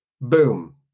Boom